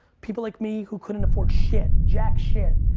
people like me who couldn't afford shit, jack shit,